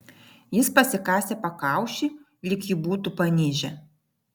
jis pasikasė pakaušį lyg jį būtų panižę